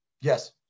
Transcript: yes